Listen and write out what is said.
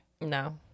No